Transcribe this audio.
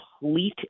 complete